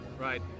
Right